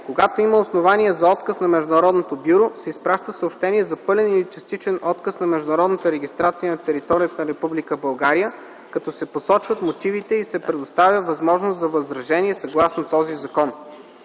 Когато има основания за отказ на Международното бюро, се изпраща съобщение за пълен или частичен отказ на международната регистрация на територията на Република България, като се посочват мотивите и се предоставя възможност за възражение съгласно този закон.”